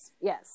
yes